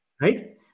Right